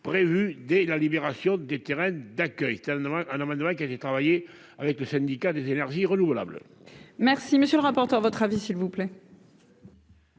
prévue dès la libération des terrains d'accueil, tu as le droit, Alain Madelin, qui a été travaillé avec le syndicat des énergies renouvelables. Merci, monsieur le rapporteur, votre avis s'il vous plaît.